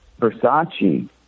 Versace